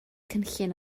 cynllun